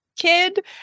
Kid